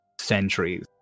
centuries